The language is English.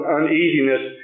uneasiness